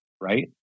right